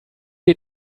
den